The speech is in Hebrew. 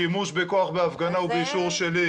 שימוש בכוח בהפגנה הוא באישור שלי.